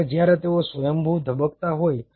હવે જ્યારે તેઓ સ્વયંભૂ ધબકતા હોય છે